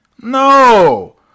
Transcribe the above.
No